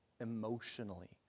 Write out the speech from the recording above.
emotionally